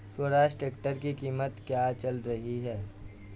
Swaraj tractor की कीमत क्या चल रही है?